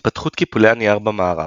התפתחות קיפולי הנייר במערב